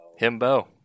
himbo